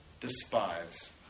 despise